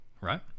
right